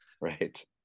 right